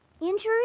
Injury